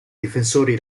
difensori